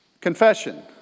confession